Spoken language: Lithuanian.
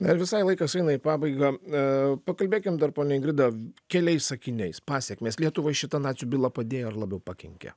na ir visai laikas eina į pabaigą e pakalbėkim dar ponia ingrida keliais sakiniais pasekmės lietuvai šita nacių byla padėjo ar labiau pakenkė